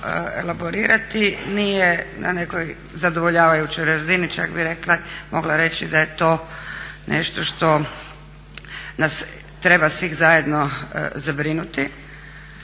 elaborirati, nije na nekoj zadovoljavajućoj razini, čak bi mogla reći da je to nešto što nas treba svih zajedno zabrinuti